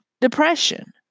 depression